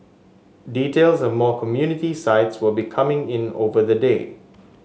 details of more community sites will be coming in over the day